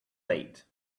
late